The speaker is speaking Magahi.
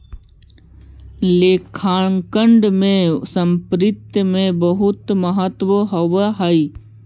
लेखांकन में संपत्ति के बहुत महत्व होवऽ हइ